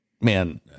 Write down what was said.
man